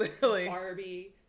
Barbie